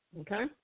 Okay